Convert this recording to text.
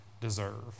deserve